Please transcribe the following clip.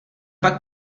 pak